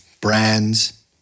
brands